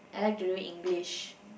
I like to do English